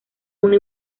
una